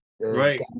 Right